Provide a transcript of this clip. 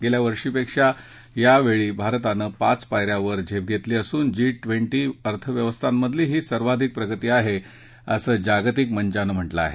गेल्या वर्षपिक्षा यावेळी भारतानं पाच पायऱ्या वर झेप घेतली असून जी ट्वेंटी अर्थव्यस्थांमधली ही सर्वाधिक प्रगती आहे असं जागतिक मंचानं म्हटलं आहे